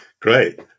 great